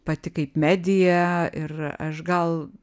pati kaip medija ir aš gal